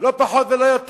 לא פחות ולא יותר